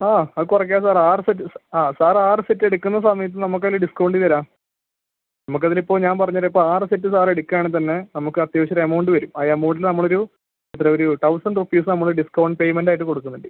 ആ അത് കുറയ്ക്കാം സാർ ആറ് സെറ്റ് ആ സാർ ആറ് സെറ്റ് എടുക്കുന്ന സമയത്ത് നമുക്ക് അതിൽ ഡിസ്കൗണ്ട് തരാം നമുക്ക് അതിലിപ്പോൾ ഞാൻ പറഞ്ഞതിപ്പോൾ ആറ് സെറ്റ് സാരി എടുക്കുവാണെങ്കിൽ തന്നെ നമുക്ക് അത്യാവശ്യം ഒരു എമൗണ്ട് വരും ആ എമൗണ്ടിൽ നമ്മളൊരു എത്രയാണ് ഒരു തൗസൻഡ് റുപ്പീസ് നമ്മൾ ഡിസ്കൗണ്ട് പേയ്മെൻറ് ആയിട്ട് കൊടുക്കുന്നുണ്ട്